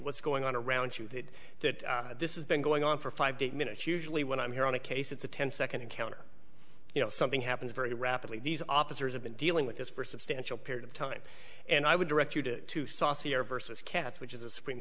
what's going on around you that that this is been going on for five minutes usually when i'm here on a case it's a ten second encounter you know something happens very rapidly these officers have been dealing with this for substantial period of time and i would direct you to two saucier versus cats which is a supreme